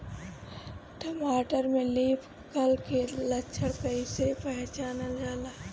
टमाटर में leaf curl के लक्षण कइसे पहचानल जाला?